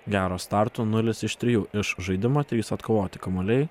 gero starto nulis iš trijų iš žaidimo trys atkovoti kamuoliai